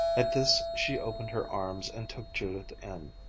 at this she opened her arms and took judith in.